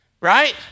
Right